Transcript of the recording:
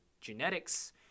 genetics